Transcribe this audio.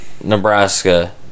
Nebraska